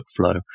workflow